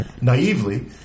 Naively